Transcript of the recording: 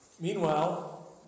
Meanwhile